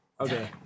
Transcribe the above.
Okay